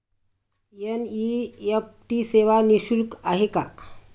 NEFT सेवा निःशुल्क आहे का?